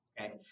Okay